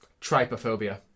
Trypophobia